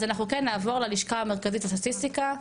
אז אנחנו כן נעבור ללשכה המרכזית לסטטיסטיקה,